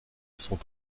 sont